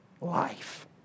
life